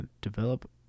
develop